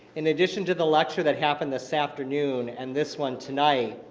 in addition to the lecture that happened this afternoon and this one tonight,